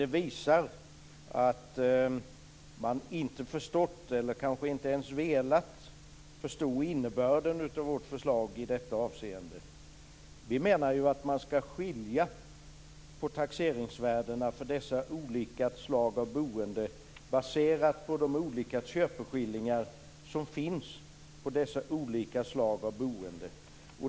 Det visar att man inte har förstått eller kanske inte ens velat förstå innebörden av vårt förslag i detta avseende. Vi menar att man ska skilja på taxeringsvärdena för dessa olika slag av boende, baserat på de olika köpeskillingarna.